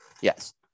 Yes